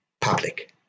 public